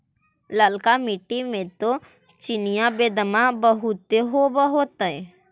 ललका मिट्टी मे तो चिनिआबेदमां बहुते होब होतय?